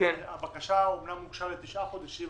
הבקשה אומנם הוגשה לתשעה חודשים,